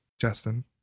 Justin